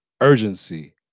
urgency